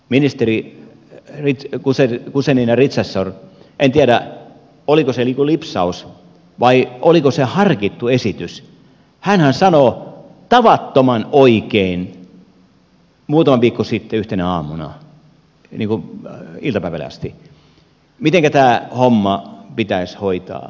ministeri guzenina richardsonhan sanoi en tiedä oliko se lipsaus vai oliko se harkittu esitys kun hänhän sanoi tavattoman oikein muutama viikko sitten yhtenä aamuna iltapäivälle asti mitenkä tämä homma pitäisi hoitaa